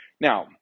Now